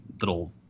little